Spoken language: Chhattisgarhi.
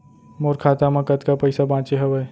मोर खाता मा कतका पइसा बांचे हवय?